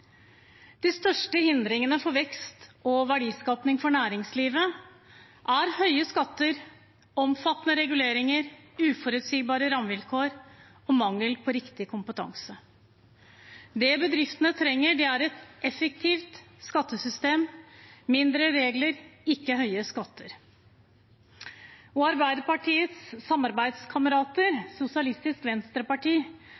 De største hindringene for vekst og verdiskaping for næringslivet er høye skatter, omfattende reguleringer, uforutsigbare rammevilkår og mangel på riktig kompetanse. Det bedriftene trenger, er et effektivt skattesystem og færre regler – ikke høye skatter. Arbeiderpartiets